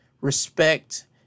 respect